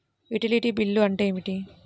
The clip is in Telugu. యుటిలిటీ బిల్లు అంటే ఏమిటి?